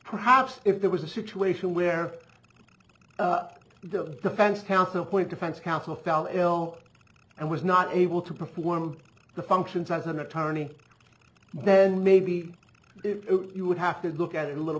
perhaps if there was a situation where the defense counsel point defense counsel fell ill and was not able to perform the functions as an attorney then maybe you would have to look at it a little